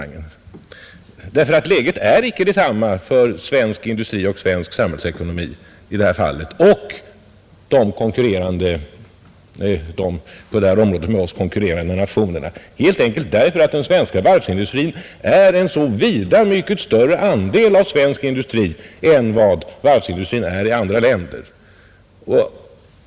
Läget är nämligen inte detsamma för svensk industri och svensk samhällsekonomi i detta fall som för de på detta område med oss konkurrerande nationerna, eftersom den svenska varvsindustrin utgör en så vida mycket större andel av svensk industri än vad varvsindustrin utgör i andra länder.